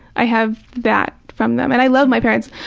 i have that from them. and i love my parents.